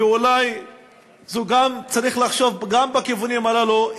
ואולי צריך לחשוב גם בכיוונים הללו,